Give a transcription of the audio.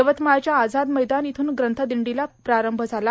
यवतमाळच्या आझाद मैदान इथून ग्रंथादंडीला प्रारंभ झाला